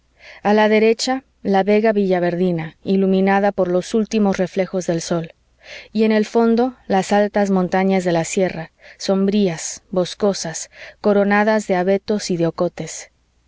a la derecha la vega villaverdina iluminada por los últimos reflejos del sol y en el fondo las altas montañas de la sierra sombrías boscosas coronadas de abetos y de ocotes